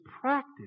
practice